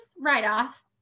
write-off